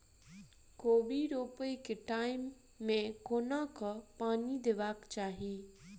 कोबी रोपय केँ टायम मे कोना कऽ पानि देबाक चही?